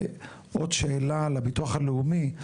ועוד שאלה לביטוח הלאומי,